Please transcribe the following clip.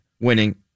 winning